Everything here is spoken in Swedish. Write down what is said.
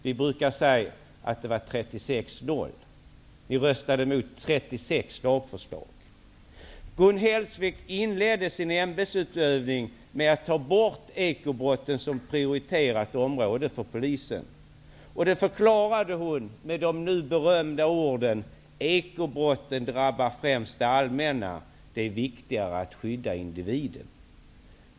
Vi brukar säga att det var 36--0; ni röstade emot 36 lagförslag. Gun Hellsvik inledde sin ämbetsutövning med att ta bort den ekonomiska brottsligheten som prioriterat område för Polisen. Hon förklarade det med de nu berömda orden: ekobrotten drabbar främst det allmänna; det är viktigare att skydda individen.